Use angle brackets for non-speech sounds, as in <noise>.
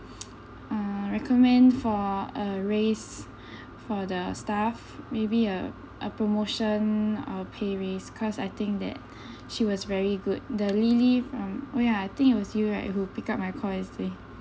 <noise> uh recommend for a raise for the staff maybe uh a promotion or pay raise cause I think that <breath> she was very good the lily oh ya I think it was you right who pick up my call yesterday